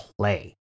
play